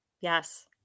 Yes